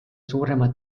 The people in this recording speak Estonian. suurema